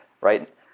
right